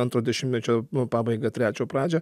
antro dešimtmečio pabaigą trečio pradžią